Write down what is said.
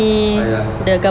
ah ya ya